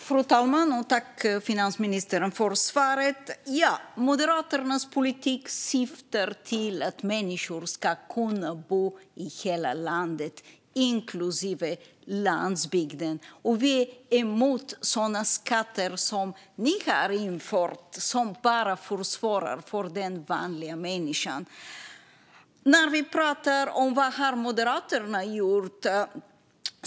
Fru talman! Tack, finansministern, för svaret! Moderaternas politik syftar till att människor ska kunna bo i hela landet, inklusive på landsbygden. Vi är emot sådana skatter som ni har infört, Mikael Damberg, som bara försvårar för den vanliga människan. Vad har vi i Moderaterna gjort?